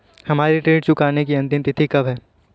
हमारी ऋण चुकाने की अंतिम तिथि कब है?